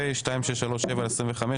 פ/2637/25,